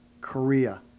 Korea